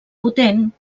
potent